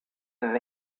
and